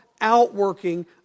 outworking